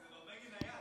נורבגי נייד.